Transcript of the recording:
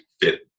fit